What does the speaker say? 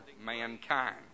mankind